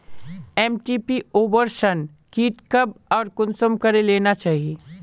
MTP abortion kit कब आर कुंसम करे लेना चही?